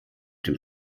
dem